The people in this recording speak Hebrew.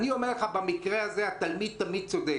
במקרה הזה התלמיד תמיד צודק.